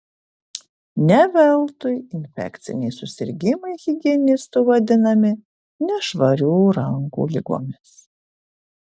ne veltui infekciniai susirgimai higienistų vadinami nešvarių rankų ligomis